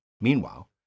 Meanwhile